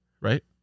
Right